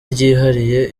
ryihariye